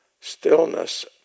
stillness